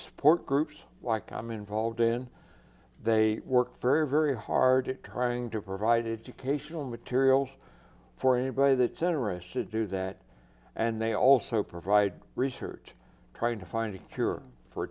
support groups like i'm involved in they work very very hard at trying to provide it to cation materials for anybody that generous to do that and they also provide research trying to find a cure for